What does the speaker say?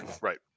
right